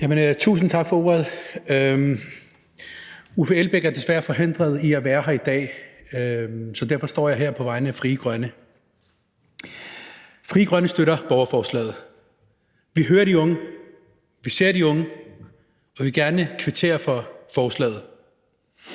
Tusind tak for ordet. Uffe Elbæk er desværre forhindret i at være her i dag, så derfor står jeg her på vegne af Frie Grønne. Frie Grønne støtter borgerforslaget. Vi hører de unge, vi ser de unge, og vi vil gerne kvittere for forslaget.